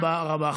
תודה רבה רבה.